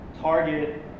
Target